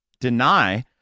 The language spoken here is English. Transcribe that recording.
deny